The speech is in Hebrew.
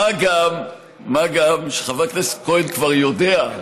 מה גם שחבר הכנסת כהן כבר יודע,